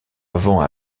avant